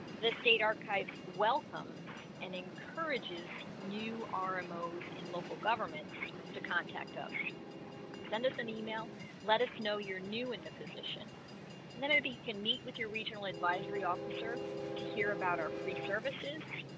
the state archives welcome and encourages new rmos in local government to contact us send us an email let us know you're new in the position and then maybe you can meet with your regional advisory officer to hear about our free services